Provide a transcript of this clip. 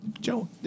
Joe